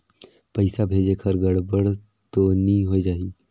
पइसा भेजेक हर गड़बड़ तो नि होए जाही?